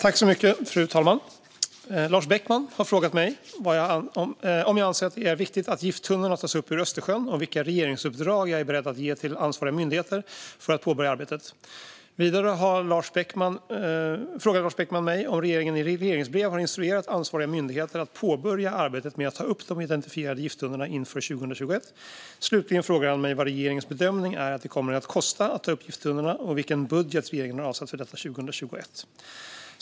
Fru talman! Lars Beckman har frågat mig om jag anser att det är viktigt att gifttunnorna tas upp ur Östersjön och vilka regeringsuppdrag jag är beredd att ge till ansvariga myndigheter för att påbörja arbetet. Vidare frågar Lars Beckman mig om regeringen i regleringsbrev har instruerat ansvariga myndigheter att påbörja arbetet med att ta upp de identifierade gifttunnorna inför 2021. Slutligen frågar han mig vad regeringens bedömning är att det kommer att kosta att ta upp gifttunnorna och vilken budget som regeringen har avsatt för detta 2021.